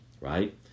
Right